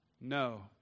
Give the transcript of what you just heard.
No